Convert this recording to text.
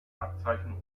abzeichen